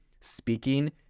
speaking